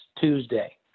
Tuesday